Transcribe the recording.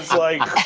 like,